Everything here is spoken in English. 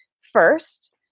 first